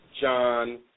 John